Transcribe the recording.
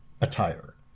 attire